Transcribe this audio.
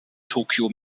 tokyo